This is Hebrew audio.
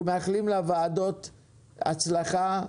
אנחנו מאחלים לוועדות הצלחה,